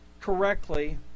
correctly